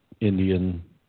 Indian